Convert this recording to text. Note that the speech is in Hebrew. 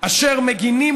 אשר מגינים,